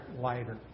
lighter